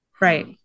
right